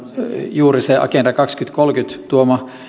juuri se agenda kaksituhattakolmekymmentän tuoma